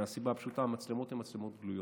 מהסיבה הפשוטה: המצלמות הן מצלמות גלויות,